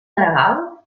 gregal